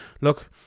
look